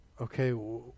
Okay